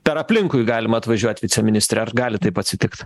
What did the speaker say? per aplinkui galima atvažiuot viceministre ar gali taip atsitikt